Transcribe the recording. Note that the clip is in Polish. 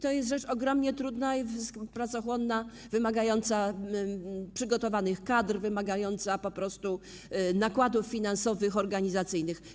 To jest rzecz ogromnie trudna i pracochłonna, wymagająca przygotowanych kadr, wymagająca po prostu nakładów finansowych i organizacyjnych.